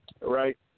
right